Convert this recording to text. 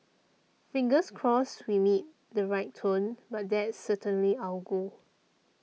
fingers crossed we meet the right tone but that's certainly our goal